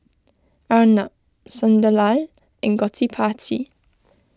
Arnab Sunderlal in Gottipati